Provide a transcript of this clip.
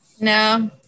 No